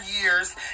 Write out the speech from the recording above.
years